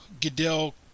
Goodell